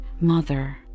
mother